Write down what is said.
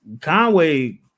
Conway